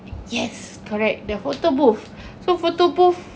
yes correct the photo booth so photo booth